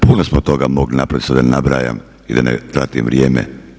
Puno smo toga mogli napraviti sad da ne nabrajam i da ne tratim vrijeme.